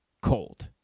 cold